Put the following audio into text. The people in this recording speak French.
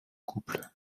couple